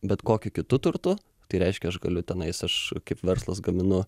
bet kokiu kitu turtu tai reiškia aš galiu tenais aš kaip verslas gaminu